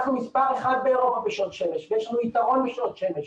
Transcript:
אנחנו מספר אחד באירופה בשעות שמש ויש לנו יתרון בשעות שמש,